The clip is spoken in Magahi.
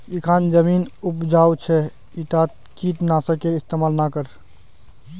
इखन जमीन उपजाऊ छ ईटात कीट नाशकेर इस्तमाल ना कर